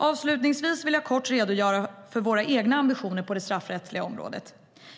Avslutningsvis vill jag kort redogöra för våra egna ambitioner på det straffrättsliga området.